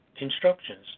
instructions